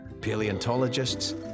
paleontologists